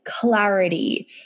clarity